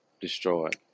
destroyed